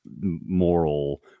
moral